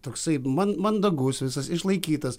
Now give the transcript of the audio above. toksai man mandagus visas išlaikytas